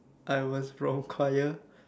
I was from choir